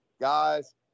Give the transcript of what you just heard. Guys